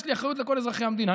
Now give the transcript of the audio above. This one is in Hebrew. יש לי אחריות לכל אזרחי המדינה,